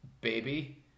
baby